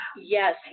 Yes